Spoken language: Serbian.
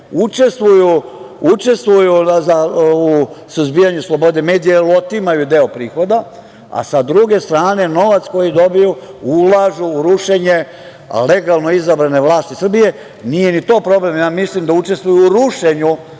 Učestvuju u suzbijanju slobode medija, jer otimaju deo prihoda, a sa druge strane novac koji dobiju ulažu u rušenje legalno izabrane vlasti Srbije. Nije ni to problem. Ja mislim da učestvuju u rušenju